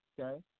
Okay